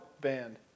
band